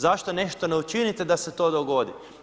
Zašto nešto ne učinite da se to dogodi?